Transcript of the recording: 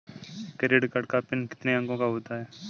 Credit card का PIN कितने अंकों का होता है?